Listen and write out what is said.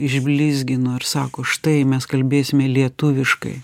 išblizgino ir sako štai mes kalbėsime lietuviškai